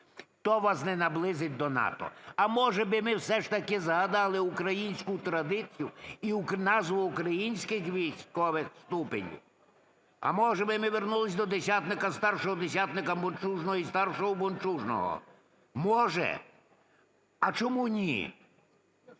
То вас не наблизить до НАТО. А, може би, ми все ж таки згадали українську традицію і назви українських військових ступенів? А може, ми б вернулись до десятника, старшого десятника, бунчужного і старшого бунчужного. Може? А чому ні?